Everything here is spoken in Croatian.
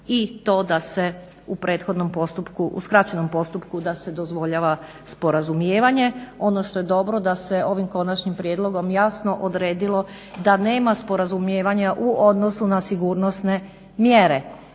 postupku, u skraćenom postupku da se dozvoljava sporazumijevanje. Ono što je dobro da se ovim Konačnim prijedlogom jasno odredilo da nema sporazumijevanja u odnosu na sigurnosne mjere.